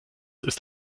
ist